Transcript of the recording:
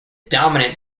dominant